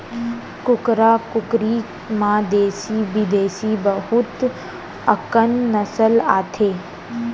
कुकरा कुकरी म देसी बिदेसी बहुत अकन नसल आथे